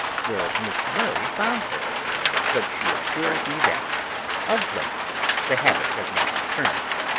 where miss murray found her but she assures me that of late the habit has not returned.